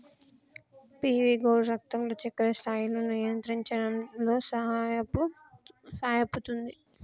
PV gourd రక్తంలో చక్కెర స్థాయిలను నియంత్రించడంలో సహాయపుతుంది